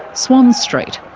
swan street.